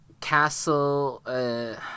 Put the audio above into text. Castle